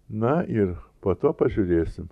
na ir po to pažiūrėsim